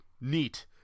Neat